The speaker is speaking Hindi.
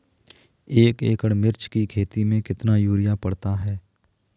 एक एकड़ मिर्च की खेती में कितना यूरिया पड़ता है?